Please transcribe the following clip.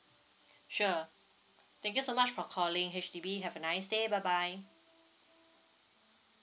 sure thank you so much for calling H_D_B have a nice day bye bye